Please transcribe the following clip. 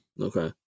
Okay